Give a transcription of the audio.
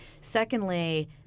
Secondly